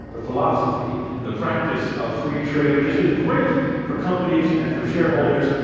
the philosophy and the practice of free trade, which has been great for companies and for shareholders,